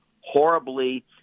horribly